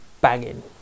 banging